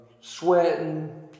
sweating